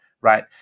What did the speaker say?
right